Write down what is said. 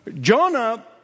Jonah